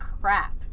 crap